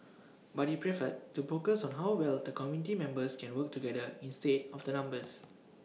but he preferred to focus on how well the committee members can work together instead of the numbers